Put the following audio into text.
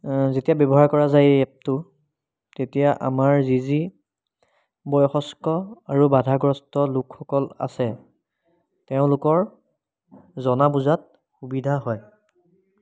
যেতিয়া ব্যৱহাৰ কৰা যাই এই এপটো তেতিয়া আমাৰ যি যি বয়সষ্ঠ আৰু আৰু বাধাগ্ৰস্ত লোকসকল আছে তেওঁলোকৰ জনা বুজাত সুবিধা হয়